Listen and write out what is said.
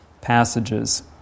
passages